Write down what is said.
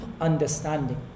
understanding